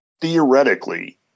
theoretically